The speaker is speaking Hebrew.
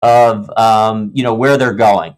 of, you know, where they're going.